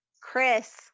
Chris